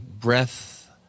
breath